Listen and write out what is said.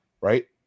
right